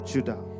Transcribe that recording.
Judah